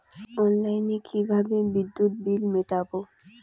অনলাইনে কিভাবে বিদ্যুৎ বিল মেটাবো?